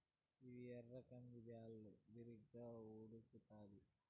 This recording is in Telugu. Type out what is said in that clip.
ఇవి ఎర్ర కంది బ్యాళ్ళు, బిరిగ్గా ఉడుకుతాయి